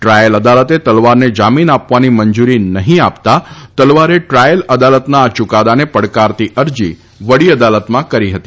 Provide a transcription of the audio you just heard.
trial અદાલતે તલવારને જામીન આપવાની મંજૂરી નહીં આપતા તલવારે દ્રાયલ અદાલતના આ ચૂકાદાને પ કારતી અરજી વ ી અદાલતમાં કરી હતી